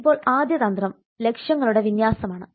ഇപ്പോൾ ആദ്യ തന്ത്രം ലക്ഷ്യങ്ങളുടെ വിന്യാസമാണ്